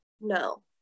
no